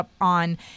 on